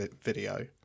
video